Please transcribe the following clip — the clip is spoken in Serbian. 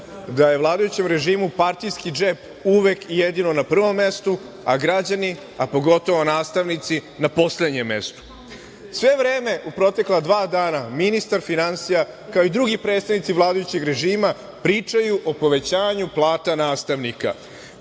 da je vladajućem režimu partijski džep uvek i jedino na prvom mestu, a građani, a pogotovo nastavnici na poslednjem mestu. Sve vreme u protekle dva dana ministar finansija, kao i drugi predstavnici vladajućeg režima pričaju o povećanju plata nastavnika,